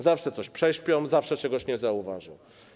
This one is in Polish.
Zawsze coś prześpią, zawsze czegoś nie zauważą.